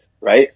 right